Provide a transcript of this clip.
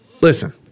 listen